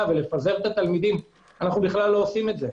ולפזר את התלמידים אנחנו לא עושים את זה.